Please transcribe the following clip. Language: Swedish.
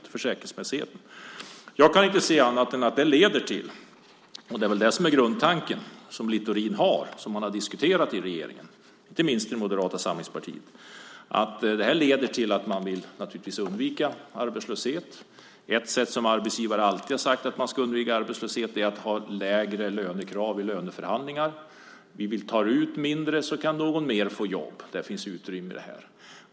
Det är försäkringsmässigheten. Jag kan inte se annat än att det leder till det som väl är Littorins grundtanke, som han har diskuterat i regeringen och inte minst i Moderata samlingspartiet. Man vill naturligtvis undvika arbetslöshet. Ett sätt som arbetsgivare alltid har sagt att man ska undvika arbetslöshet på är att ha lägre lönekrav vid löneförhandlingar. Vi tar ut mindre, så kan någon mer få jobb. Det finns utrymme i det här.